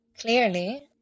Clearly